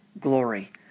glory